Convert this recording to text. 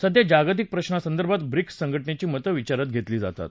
सध्या जागतिक प्रश्नांसंदर्भात ब्रिक्स संघटनेची मतं विचारात घेतली जातात